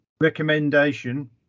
recommendation